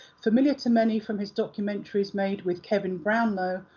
familiar to many from his documentaries made with kevin brownlow,